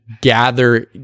gather